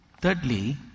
thirdly